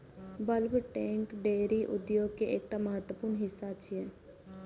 bulk tank dairy उद्योग के एकटा महत्वपूर्ण हिस्सा छियै